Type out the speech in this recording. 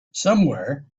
somewhere